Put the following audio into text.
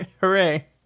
Hooray